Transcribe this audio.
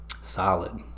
Solid